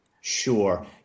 Sure